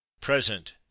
Present